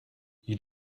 you